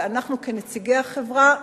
אנחנו כנציגי החברה,